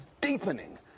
deepening